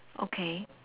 okay